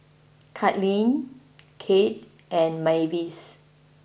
Kaitlynn Kade and Mavis